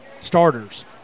starters